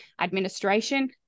administration